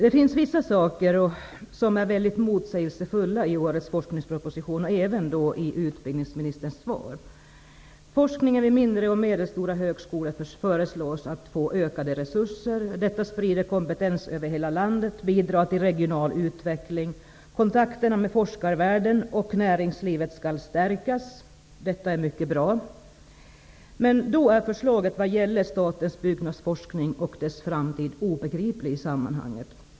Det finns vissa saker som är väldigt motsägelsefulla i årets forskningsproposition, liksom det finns i utbildningsministerns svar. Forskningen vid mindre och medelstora högskolor föreslås nu få ökade resurser, vilket sprider kompetens över hela landet och bidrar till regional utveckling. Kontakterna med forskarvärlden och näringslivet skall stärkas, och detta är mycket bra. Dock är förslaget när det gäller statens byggnadsforskning och dess framtid obegripligt.